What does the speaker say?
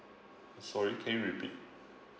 sorry can you repeat